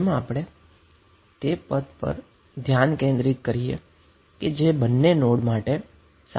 જેમાં આપણે તે ટર્મસ્ પર ધ્યાન કેન્દ્રિત કરીએ કે જે બંને નોડ માટે સામાન્ય નથી